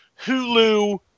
Hulu